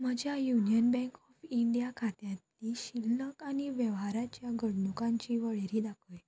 म्हज्या Union Bank of India खात्यांतली शिल्लक आनी वेव्हाराच्या घडणुकांची वळेरी दाखय